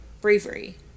bravery